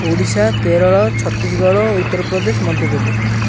Odisha Kerala Chhattisgarh Uttar Pradesh Madhya Pradesh